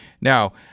Now